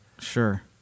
Sure